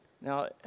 Now